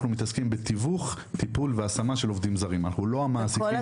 אנחנו מתעסקים בתיווך טיפול והשמה של עובדים זרים אנחנו לא המעסיקים.